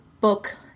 book